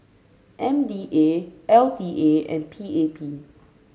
M D A L T A and P A P